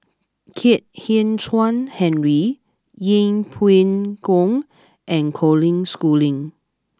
Kwek Hian Chuan Henry Yeng Pway Ngon and Colin Schooling